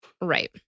Right